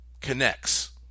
connects